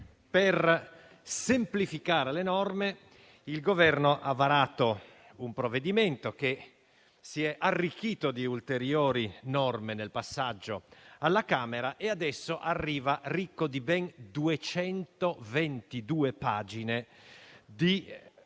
per semplificare la normativa, il Governo ha varato un provvedimento, che si è arricchito di ulteriori norme nel passaggio alla Camera, e arriva quindi ricco di ben 222 pagine di